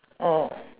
orh